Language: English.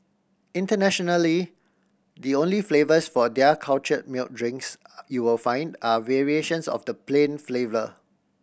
internationally the only flavours for their culture milk drinks you will find are variations of the plain flavour